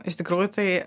iš tikrųjų tai